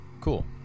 Cool